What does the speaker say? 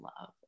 love